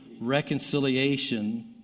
reconciliation